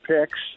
picks